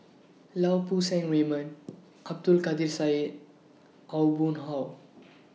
Lau Poo Seng Raymond Abdul Kadir Syed Aw Boon Haw